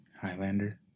Highlander